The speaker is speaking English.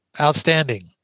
Outstanding